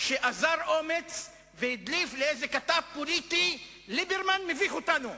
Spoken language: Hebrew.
שאזר אומץ שהדליף לכתב פוליטי: ליברמן הביך אותנו.